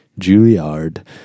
Juilliard